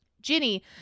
Ginny